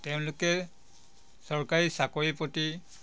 তেওঁলোকে চৰকাৰী চাকৰিৰ প্ৰতি